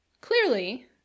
Clearly